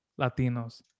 Latinos